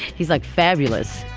he's like fabulous.